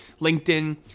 LinkedIn